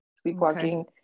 sleepwalking